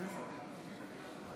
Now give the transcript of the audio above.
מצביע